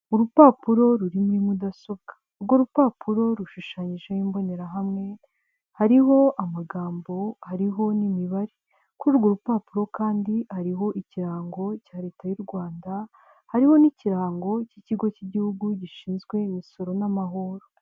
Urupapuro ruri muri mudasobwa. Urwo rupapuro rushushanyijeho imbonerahamwe, hariho amagambo hariho n'imibare kuri urwo rupapuro kandi, hariho ikirango cya Leta y'u Rwanda, hariho n'ikirango cy'ikigo cy'Igihugu gishinzwe imisoro n'amahoro.